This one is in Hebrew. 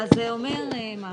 אז זה אומר משהו.